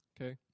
okay